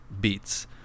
beats